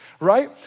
right